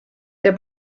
der